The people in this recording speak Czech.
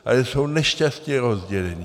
Ale jsou nešťastně rozdělení.